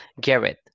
Garrett